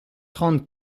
trente